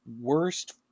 worst